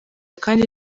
kandi